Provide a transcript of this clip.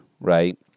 Right